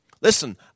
listen